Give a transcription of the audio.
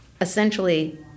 essentially